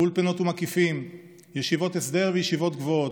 אולפנות ומקיפים, ישיבות הסדר וישיבות גבוהות,